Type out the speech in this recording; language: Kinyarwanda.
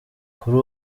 kuri